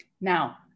Now